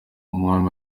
umwami